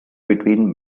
between